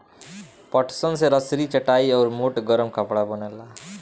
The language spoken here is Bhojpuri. पटसन से रसरी, चटाई आउर मोट गरम कपड़ा बनेला